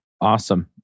Awesome